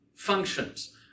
Functions